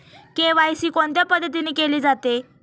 KYC कोणत्या पद्धतीने केले जाते?